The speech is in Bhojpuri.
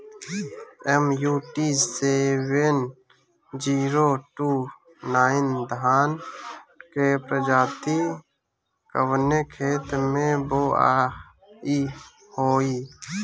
MUT seven zero two nine धान के प्रजाति कवने खेत मै बोआई होई?